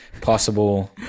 possible